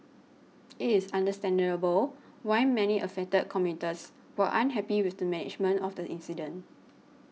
it is understandable why many affected commuters were unhappy with the management of the incident